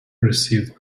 received